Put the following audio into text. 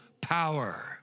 power